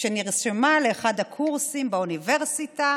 שנרשמה לאחד הקורסים באוניברסיטה